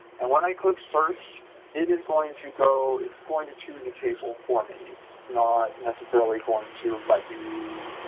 and when i click search it is going to go it's going choose a table for me it's not necessarily going to but you